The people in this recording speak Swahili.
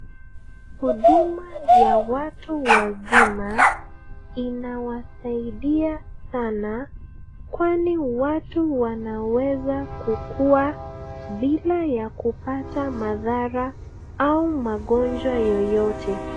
Huduma ya watu wazima inawasaidia sana kwani watu wanaweza kukuwa bila ya kupata madhara au magonjwa yoyote.